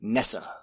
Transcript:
Nessa